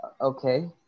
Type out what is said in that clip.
Okay